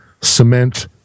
cement